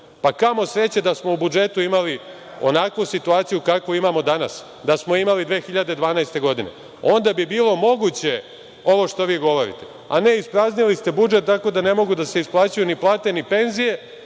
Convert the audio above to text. Kamo sreće da smo u budžetu imali onakvu situaciju kakvu imamo danas, da smo imali 2012. godine. Onda bi bilo moguće ovo što vi govorite, a ne ispraznili ste budžet tako da ne mogu da se isplaćuju ni plate, ni penzije,